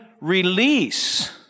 release